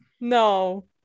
no